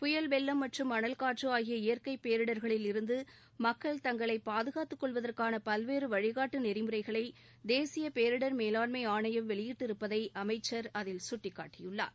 புயல் வெள்ளம் மற்றும் அனல் காற்று ஆகிய இயற்கை பேரிடர்களில் இருந்து மக்கள் தங்களை பாதுகாத்துக்கொள்வதற்கான பல்வேறு வழிகாட்டு நெறிமுறைகளை தேசிய பேரிடர் மேலாண்மை ஆணையம் வெளியிட்டு இருப்பதை அமைச்சர் சுட்டிக்காட்டியுள்ளார்